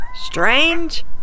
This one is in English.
strange